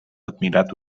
admirat